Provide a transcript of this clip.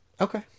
Okay